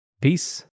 Peace